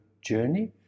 journey